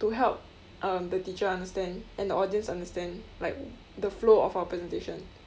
to help um the teacher understand and the audience understand like the flow of our presentation